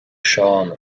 seán